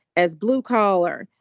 as blue collar,